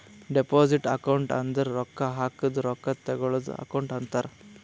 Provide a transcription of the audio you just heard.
deposit account ಅಂದುರ್ ರೊಕ್ಕಾ ಹಾಕದ್ ರೊಕ್ಕಾ ತೇಕ್ಕೋಳದ್ ಅಕೌಂಟ್ ಅಂತಾರ್